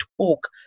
talk